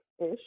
ish